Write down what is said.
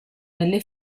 nelle